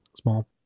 small